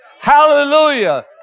Hallelujah